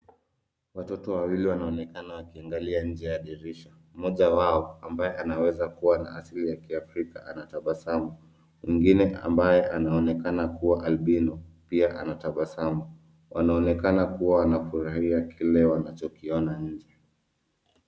Watoto wawili wanaonekana wakiangalia nje ya dirisha mmoja wao ambaye anaweza kuwa na asili ya Kiafrika anatabasamu, mwengine ambaye anaonekana kuwa albino pia anatabasamu. Wanaonekana kuwa wanafurahia kile wanachokiona nje.